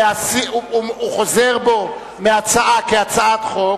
חוזר בו מההצעה כהצעת חוק,